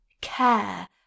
care